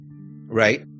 Right